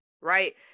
right